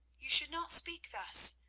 you should not speak thus.